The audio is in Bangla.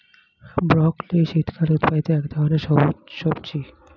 ব্রকলি শীতকালে উৎপাদিত এক ধরনের সবুজ সবজি